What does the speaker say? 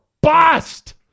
Bust